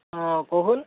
অঁ ক'চোন